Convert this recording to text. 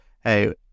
hey